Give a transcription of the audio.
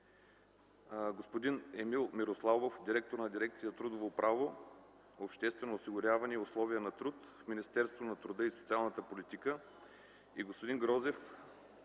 господин Емил Мирославов – директор на дирекция „Трудово право, обществено осигуряване и условия на труд“ в Министерството на труда и социалната политика,